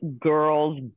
girls